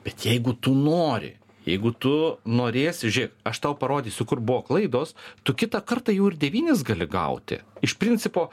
bet jeigu tu nori jeigu tu norėsi žiūrėk aš tau parodysiu kur buvo klaidos tu kitą kartą jau ir devynis gali gauti iš principo